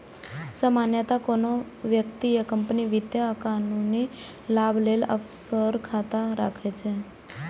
सामान्यतः कोनो व्यक्ति या कंपनी वित्तीय आ कानूनी लाभ लेल ऑफसोर खाता राखै छै